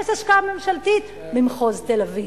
אפס השקעה ממשלתית במחוז תל-אביב.